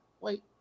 wait